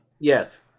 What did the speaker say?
Yes